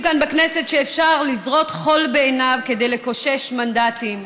כאן בכנסת שאפשר לזרות חול בעיניו כדי לקושש מנדטים,